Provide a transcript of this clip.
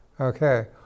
okay